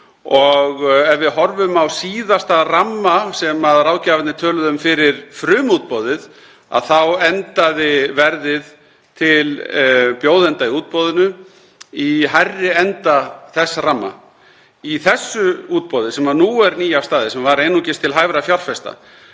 Ef við horfum á síðasta ramma sem ráðgjafarnir töluðu um fyrir frumútboðið þá endaði verðið til bjóðenda í útboðinu í hærri enda þess ramma. Í þessu útboði sem nú er nýafstaðið, sem var einungis til hæfra fjárfesta,